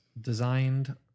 designed